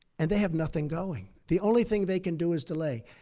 and they have nothing going. the only thing they can do is delay.